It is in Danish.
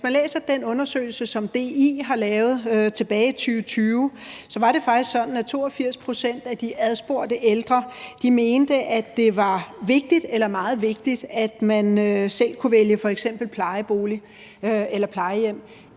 Hvis man læser den undersøgelse, som DI har lavet tilbage i 2020, så var det faktisk sådan, at 82 pct. af de adspurgte ældre mente, at det var vigtigt eller meget vigtigt, at man selv kunne vælge f.eks. plejebolig eller plejehjem.